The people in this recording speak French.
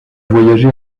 voyagé